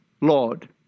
Lord